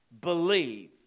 Believe